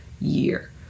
year